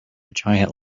giant